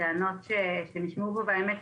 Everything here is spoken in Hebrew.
הטענות שנשמעו פה והאמת,